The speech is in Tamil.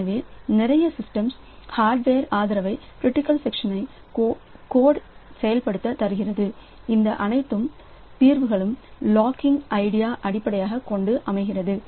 எனவே நிறைய சிஸ்டம்ஸ் ஹார்ட்வேர் ஆதரவை க்ரிட்டிக்கல் செக்ஷன்ஐ கோட் செயல்படுத்த தருகிறது இந்த அனைத்து தீர்வுகளும் லாக்கிங் ஐடியாவை அடிப்படையாகக் கொண்டு அமைகிறது